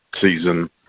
season